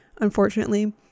unfortunately